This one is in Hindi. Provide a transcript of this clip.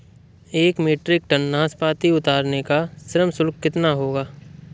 एक मीट्रिक टन नाशपाती उतारने का श्रम शुल्क कितना होगा?